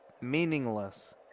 meaningless